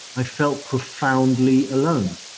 i felt profoundly alone.